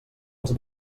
els